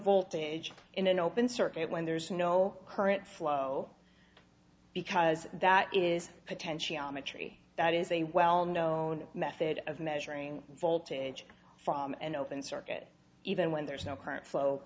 voltage in an open circuit when there's no current flow because that is potentiometer ie that is a well known method of measuring voltage from an open circuit even when there is no current